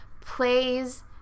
plays